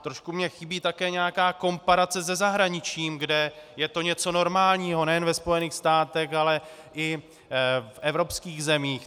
Trošku mi chybí také nějaká komparace se zahraničím, kde je to něco normálního, nejen ve Spojených státech, ale i v evropských zemích.